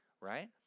Right